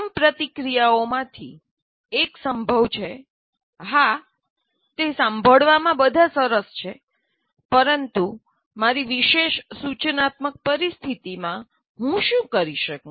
પ્રથમ પ્રતિક્રિયાઓમાંથી એક સંભવત છે હા તે સાંભળવામાં બધા સરસ છે પરંતુ મારી વિશેષ સૂચનાત્મક પરિસ્થિતિમાં હું શું કરી શકું